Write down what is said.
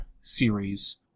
series